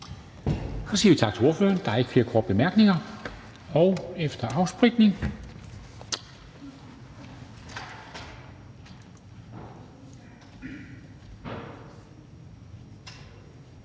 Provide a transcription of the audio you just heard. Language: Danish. Så siger vi tak til ordføreren. Der er ikke flere korte bemærkninger. Efter en afspritning